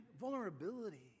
Vulnerability